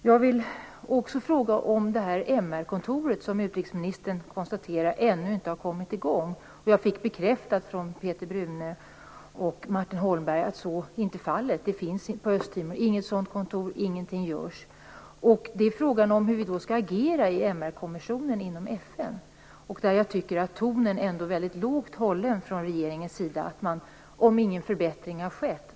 Jag vill också ställa en fråga om MR-kontoret som, vilket utrikesministern konstaterade, ännu inte har kommit i gång. Jag fick bekräftat av Martin Holmberg och Peter Brune att så var inte fallet. Det finns inget sådant kontor på Östtimor och ingenting görs. Frågan är då hur vi skall agera i FN:s MR kommissionen. Jag tycker ändå att tonen från regeringens sida är väldigt lågmäld. Man säger att man skall ta upp frågan på nytt i mars, om ingen förbättring har skett.